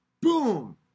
boom